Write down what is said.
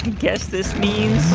guess this means.